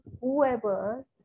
whoever